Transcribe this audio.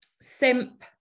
Simp